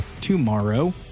tomorrow